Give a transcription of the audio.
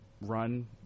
run